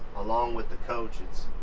along with the coach it's.